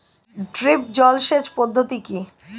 Drip জল সেচ পদ্ধতি কি?